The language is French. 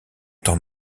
temps